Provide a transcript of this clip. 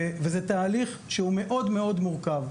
זה תהליך שהוא מאוד מאוד מורכב.